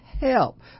help